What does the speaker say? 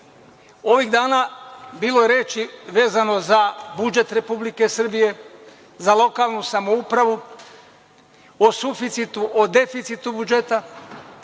Ovih dana bilo je reči vezano za budžet RS, za lokalnu samoupravu, o suficitu, o deficitu budžeta.Za